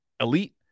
elite